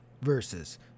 versus